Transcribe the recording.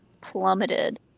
plummeted